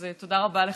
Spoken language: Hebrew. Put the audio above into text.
אז תודה רבה לך,